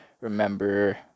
remember